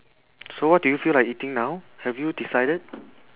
so what do you feel like eating now have you decided